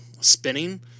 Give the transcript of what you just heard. spinning